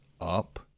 up